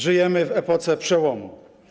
Żyjemy w epoce przełomu.